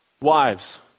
Wives